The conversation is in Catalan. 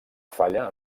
falla